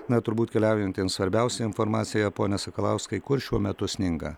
na turbūt keliaujantiems svarbiausia informacija pone sakalauskai kur šiuo metu sninga